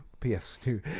PS2